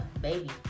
baby